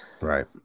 Right